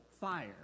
fire